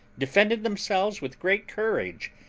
defended themselves with great courage,